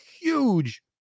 huge